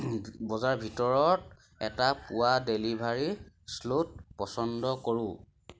বজাৰ ভিতৰত এটা পুৱাৰ ডেলিভাৰী শ্লট পচন্দ কৰোঁ